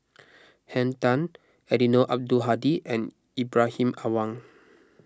Henn Tan Eddino Abdul Hadi and Ibrahim Awang